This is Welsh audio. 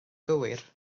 gywir